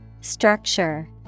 Structure